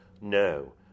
No